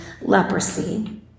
leprosy